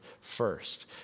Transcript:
first